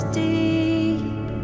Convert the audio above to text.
deep